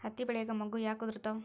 ಹತ್ತಿ ಬೆಳಿಯಾಗ ಮೊಗ್ಗು ಯಾಕ್ ಉದುರುತಾವ್?